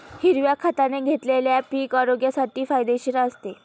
हिरव्या खताने घेतलेले पीक आरोग्यासाठी फायदेशीर असते